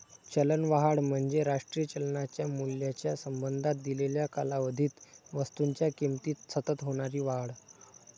चलनवाढ म्हणजे राष्ट्रीय चलनाच्या मूल्याच्या संबंधात दिलेल्या कालावधीत वस्तूंच्या किमतीत सतत होणारी वाढ